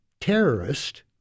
terrorist